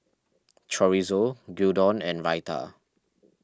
Chorizo Gyudon and